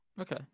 okay